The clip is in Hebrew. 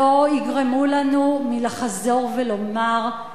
לא יגרמו לנו להימנע מלחזור ולומר: